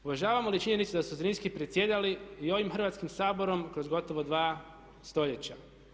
Uvažavamo li činjenicu da su Zrinski predsjedali i ovim Hrvatskim saborom kroz gotovo dva stoljeća?